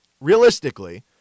realistically